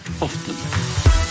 often